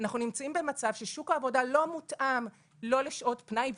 אנחנו במצב ששוק העבודה לא מותאם לא לשעות פנאי,